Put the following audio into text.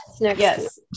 Yes